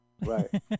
right